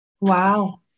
Wow